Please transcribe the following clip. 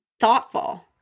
Thoughtful